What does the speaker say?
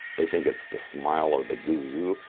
they think it's the smile or the goo-goo-goo.